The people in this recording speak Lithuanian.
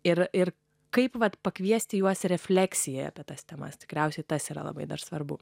ir ir kaip kad pakviesti juos refleksijai apie tas temas tikriausiai tas yra labai dar svarbu